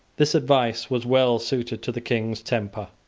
this advice was well suited to the king's temper.